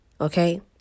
Okay